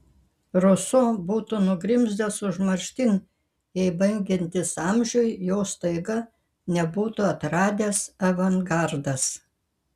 ruso būtų nugrimzdęs užmarštin jei baigiantis amžiui jo staiga nebūtų atradęs avangardas